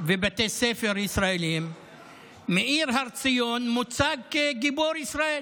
בבתי ספר ישראליים מאיר הר-ציון מוצג כגיבור ישראל.